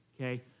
Okay